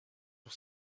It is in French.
sur